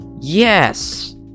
Yes